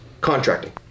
contracting